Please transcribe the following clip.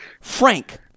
Frank